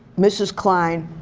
mrs. klein,